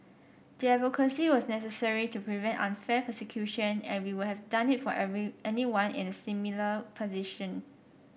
the advocacy was necessary to prevent unfair persecution and we would have done it for every anyone in a similar position